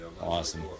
awesome